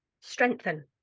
strengthen